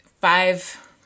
five